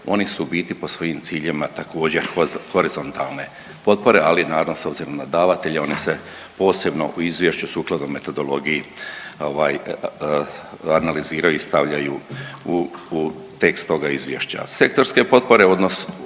oni su u biti po svojim ciljevima također horizontalne potpore, ali naravno s obzirom na davatelje one se posebno u izvješću sukladno metodologiji analiziraju i stavljaju u tekstove izvješća. Sektore potpore odnose